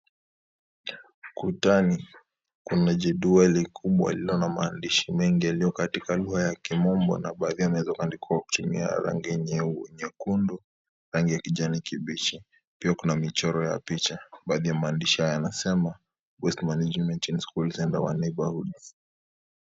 Ukutani kuna jedwali kubwa lililo na maandishi mengi yaliyo katika lugha ya kimombo chini ya rangi nyekundu, rangi ya kijani kibichi, pia kuna michoro wa picha. Baadhi ya maandishi haya yanasema (CS)waste management in school and our neighbourhood (CS).